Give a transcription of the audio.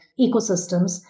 ecosystems